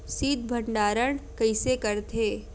शीत भंडारण कइसे करथे?